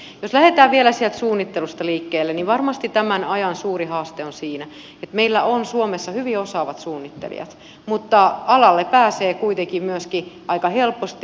jos lähdetään vielä sieltä suunnittelusta liikkeelle niin varmasti tämän ajan suuri haaste on siinä että meillä on suomessa hyvin osaavat suunnittelijat mutta alalle pääsee kuitenkin myöskin aika helposti